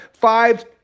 five